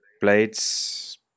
Blades